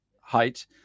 height